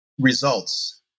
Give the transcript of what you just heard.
results